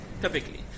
typically